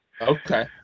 Okay